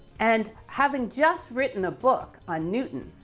and having just written a book on newton,